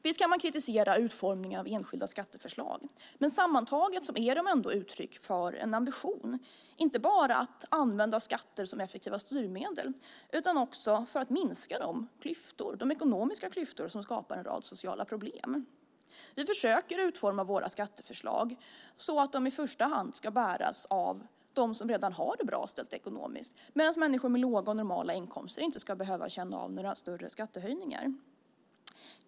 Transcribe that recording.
Visst kan man kritisera utformningen av enskilda skatteförslag, men sammantaget är de ändå ett uttryck för en ambition inte bara att använda skatter som effektiva styrmedel utan också att minska de klyftor som skapar en rad sociala problem. Vi försöker utforma våra skatter så att de i första hand ska bäras av dem som redan har det bra ställt ekonomiskt, medan människor med låga och normala inkomster inte ska behöva känna av några större skattehöjningar.